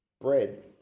bread